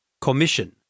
Commission